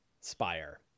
spire